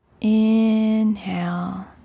Inhale